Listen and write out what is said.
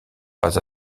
pas